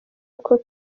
uko